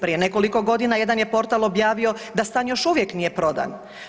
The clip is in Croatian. Prije nekoliko godina jedan je portal objavio da stan još uvijek nije prodan.